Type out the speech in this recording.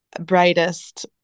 brightest